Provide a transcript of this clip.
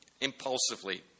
impulsively